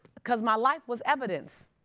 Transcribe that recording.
because my life was evidence.